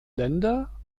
länder